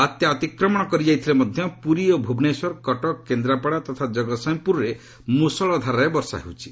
ବାତ୍ୟା ଅତିକ୍ରମଣ କରିଯାଇଥିଲେ ମଧ୍ୟ ପୁରୀ ଓ ଭୁବନେଶ୍ୱର କଟକ କେନ୍ଦ୍ରାପଡ଼ା ତଥା ଜଗତ୍ସିଂହପୁରରେ ମୁଷଳ ଧାରାରେ ବର୍ଷା ହେଉଛି